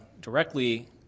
directly